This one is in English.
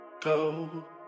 go